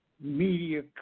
Media